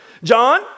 John